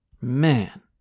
Man